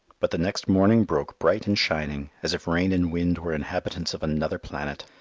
but the next morning broke bright and shining, as if rain and wind were inhabitants of another planet.